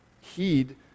heed